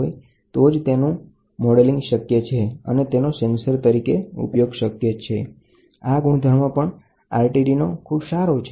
અવરોધ સાથે તાપમાન બદલવાની લીનિઆરીટીનો ગુણધર્મ RTDનો ખૂબ સારો છે